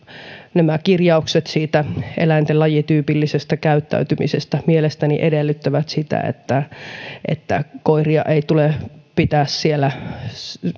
nämä kirjaukset siitä eläinten lajityypillisestä käyttäytymisestä mielestäni edellyttävät sitä että että koiria ei tule pitää siellä